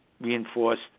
reinforced